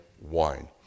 wine